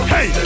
Hey